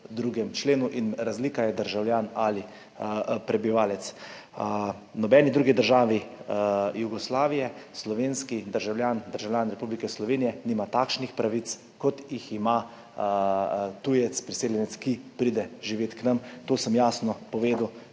v 2. členu. Razlika je državljan ali prebivalec. V nobeni drugi državi Jugoslavije, slovenski državljan, državljan Republike Slovenije, nima takšnih pravic, kot jih ima tujec, priseljenec, ki pride živet k nam. To sem jasno povedal